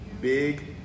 Big